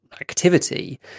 activity